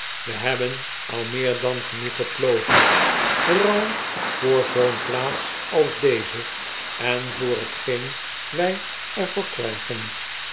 we hebben al meer dan genoeg geplozen vooral voor zoo'n plaats als deze en voor t geen wy er voor krijgen